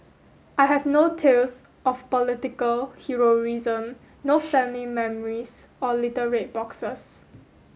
I have no tales of political heroism no family memories or little red boxes